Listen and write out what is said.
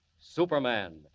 Superman